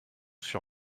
sur